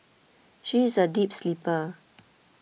she is a deep sleeper